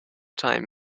time